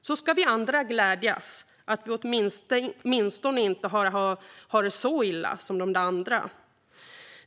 Vi andra ska sedan glädjas över att vi åtminstone inte har det så illa som de där andra.